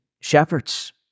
shepherds